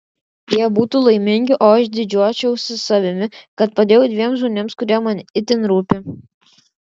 jie būtų laimingi o aš didžiuočiausi savimi kad padėjau dviem žmonėms kurie man itin rūpi